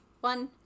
One